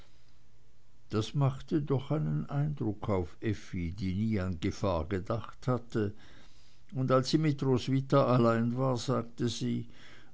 das machte doch einen eindruck auf effi die an gefahr nie gedacht hatte und als sie mit roswitha allein war sagte sie